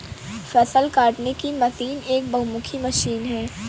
फ़सल काटने की मशीन एक बहुमुखी मशीन है